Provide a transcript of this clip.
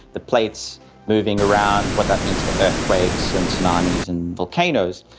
the plates moving around, what that means for earthquakes and tsunamis and volcanoes.